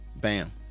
bam